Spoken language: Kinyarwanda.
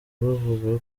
bavuga